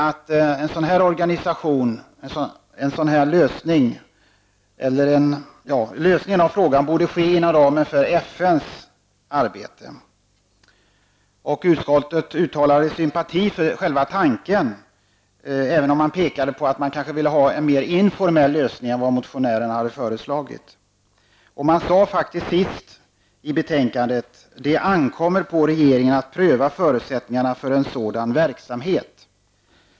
Utskottet sade då att lösningen av frågan borde ske inom ramen för FNs arbete. Utskottet uttalade sympati för själva tanken, även om man påpekade att man kanske ville ha en mer informell lösning än den motionärerna hade föreslagit. Utskottet sade i betänkandet att det ankommer på regeringen att pröva förutsättningarna för en sådan verksamhet.